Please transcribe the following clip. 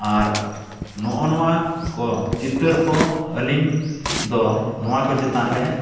ᱟᱨ ᱱᱚᱜᱼᱚ ᱱᱟ ᱠᱚ ᱪᱤᱛᱟᱹᱨ ᱠᱚ ᱟᱹᱞᱤᱧ ᱫᱚ ᱱᱚᱣᱟ ᱠᱚ ᱪᱮᱛᱟᱱ ᱨᱮ